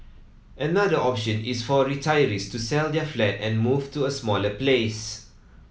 another option is for retirees to sell their flat and move to a smaller place